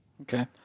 Okay